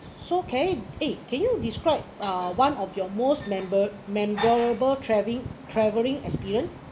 so okay eh can you describe uh one of your most member~ memorable traveling traveling experience